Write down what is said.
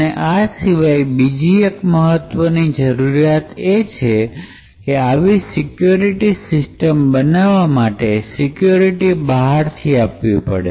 અને આ સિવાય બીજી એક મહત્વની જરૂરિયાત એ છે કે આવી સિક્યોર સીસ્ટમ બનાવવા માટે સિક્યુરિટી બહારથી આપવી જોઈએ